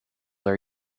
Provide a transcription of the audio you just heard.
are